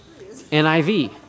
NIV